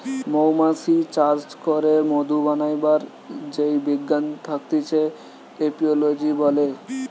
মৌমাছি চাষ করে মধু বানাবার যেই বিজ্ঞান থাকতিছে এপিওলোজি বলে